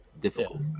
difficult